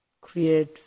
create